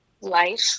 life